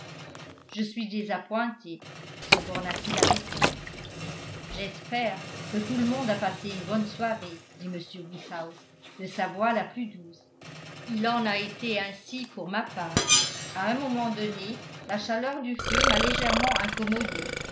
je suis désappointé se borna t il à répondre j'espère que tout le monde a passé une bonne soirée dit m woodhouse de sa voix la plus douce il en a été ainsi pour ma part à un moment donné la chaleur du feu m'a légèrement incommodé